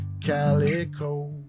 calico